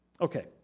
Okay